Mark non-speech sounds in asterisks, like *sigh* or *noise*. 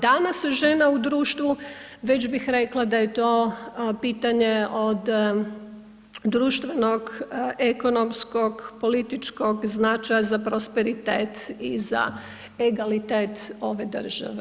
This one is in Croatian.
Danas ... *unintelligible* žena u društvu, već bih rekla da je to pitanje od društvenog, ekonomskog, političkog značaja za prosperitet i za egalitet ove države.